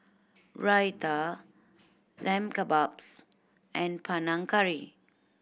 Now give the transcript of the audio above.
Raita Lamb Kebabs and Panang Curry